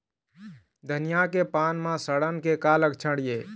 धनिया के पान म सड़न के का लक्षण ये?